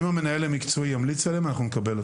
אם המנהל המקצועי ימליץ עליהם אנחנו נקבל אותם.